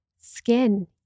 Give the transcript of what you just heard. skin